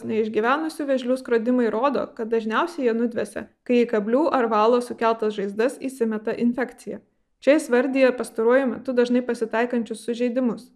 neišgyvenusių vėžlių skrodimai rodo kad dažniausiai jie nudvesia kai kablių ar valo sukeltas žaizdas įsimeta infekcija čia jis vardija pastaruoju metu dažnai pasitaikančius sužeidimus